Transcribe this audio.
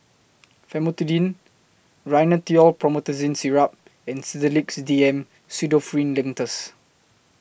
Famotidine Rhinathiol Promethazine Syrup and Sedilix D M Pseudoephrine Linctus